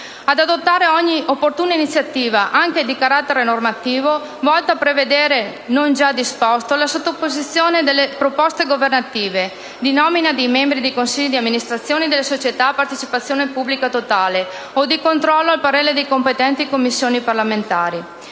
ad adottare ogni opportuna iniziativa, anche di carattere normativo, volta a prevedere, ove non già disposto, la sottoposizione delle proposte governative di nomina dei membri dei consigli di amministrazione delle società a partecipazione pubblica totale o di controllo al parere delle competenti Commissioni parlamentari;